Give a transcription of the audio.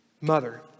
mother